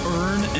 earn